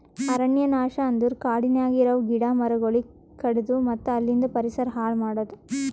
ಅರಣ್ಯ ನಾಶ ಅಂದುರ್ ಕಾಡನ್ಯಾಗ ಇರವು ಗಿಡ ಮರಗೊಳಿಗ್ ಕಡಿದು ಮತ್ತ ಅಲಿಂದ್ ಪರಿಸರ ಹಾಳ್ ಮಾಡದು